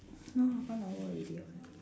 no one hour already [what]